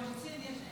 מה קורה?